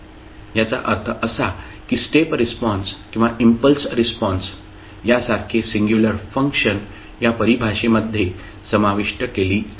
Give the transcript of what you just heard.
याचा अर्थ असा की स्टेप रिस्पॉन्स किंवा इम्पल्स रिस्पॉन्स यासारख्ये सिंगुलर फंक्शन या परिभाषेमध्ये समाविष्ट केली आहेत